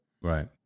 Right